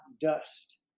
dust